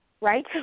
Right